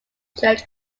church